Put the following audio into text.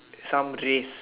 some trees